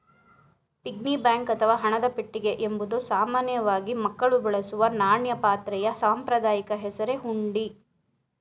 piggy bank ಅಥವಾ ಹಣದ ಪೆಟ್ಟಿಗೆ ಎಂಬುದು ಸಾಮಾನ್ಯವಾಗಿ ಮಕ್ಕಳು ಬಳಸುವ ನಾಣ್ಯ ಪಾತ್ರೆಯ ಸಾಂಪ್ರದಾಯಿಕ ಹೆಸರೇ ಹುಂಡಿ